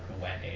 wedding